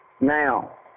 now